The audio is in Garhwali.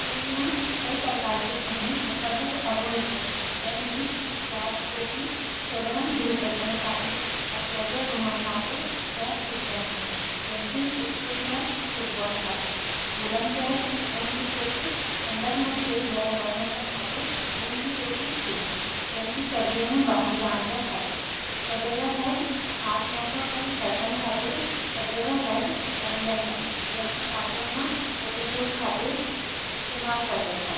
टोपियों के कई प्रकार छन, अर सबकै अपण अपण उपयोग छै। जैंकि: कैप (टॉपी) – खेलण, धूप बचण खातिर अर कैजुअल घुमण खातिर कैप ठिर रेंदी छ। जैंकि क्रिकेट या फुटबॉल खातिर। वूलन कैप (ऊन की टॉपी) – ठंडक में सिर गर्म राखण खातिर ऊन की टॉपी ठिक छन, जैंकि सर्दियों में बाहर जाणा का खातिर। फैडोरा हैट – खास मौक्याँ अर फैशन खातिर फैडोरा हैट पहरदा छ, जैंकि पार्टियों या फोटोशूट खातिर इस्तेमाल करदा छ।